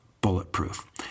bulletproof